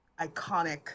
iconic